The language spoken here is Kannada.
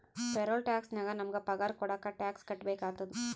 ಪೇರೋಲ್ ಟ್ಯಾಕ್ಸ್ ನಾಗ್ ನಮುಗ ಪಗಾರ ಕೊಡಾಗ್ ಟ್ಯಾಕ್ಸ್ ಕಟ್ಬೇಕ ಆತ್ತುದ